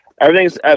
Everything's